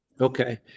Okay